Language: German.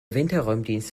winterräumdienst